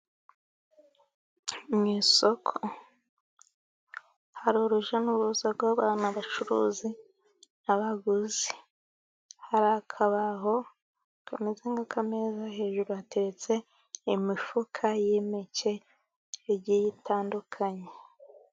Mu isoko hari urujya n'uruza rw'abantu, abacuruzi n'abaguzi. Hari akabaho kameze nk'akameza, hejuru hateretse imifuka y'impeke, igiye itandukanye.